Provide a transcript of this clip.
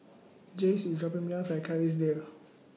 Jace IS dropping Me off At Kerrisdale